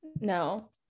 no